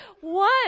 one